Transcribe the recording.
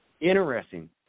interesting